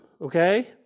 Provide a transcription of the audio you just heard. okay